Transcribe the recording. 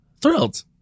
Thrilled